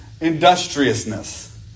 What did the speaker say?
industriousness